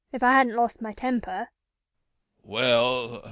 if i hadn't lost my temper well,